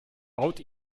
baut